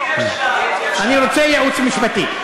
אני רוצה ייעוץ משפטי.